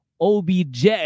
OBJ